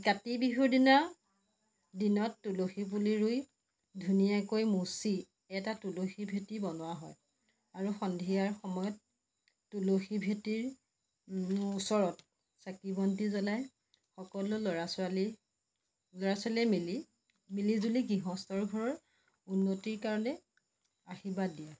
কাতি বিহুৰ দিনা দিনত তুলসী পুলি ৰুই ধুনীয়াকৈ মচি এটা তুলসী ভেটি বনোৱা হয় আৰু সন্ধিয়াৰ সময়ত তুলসী ভেটিৰ ওচৰত চাকি বন্তি জ্বলাই সকলো ল'ৰা ছোৱালী ল'ৰা ছোৱালীয়ে মিলি মিলিজুলি গৃহস্থৰ ঘৰ উন্নতিৰ কাৰণে আশীৰ্বাদ দিয়ে